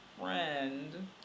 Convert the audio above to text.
friend